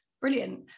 brilliant